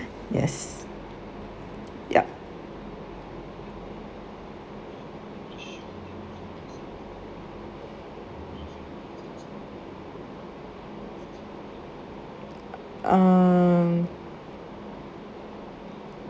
yes yup um